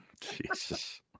Jesus